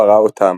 ברא אתם".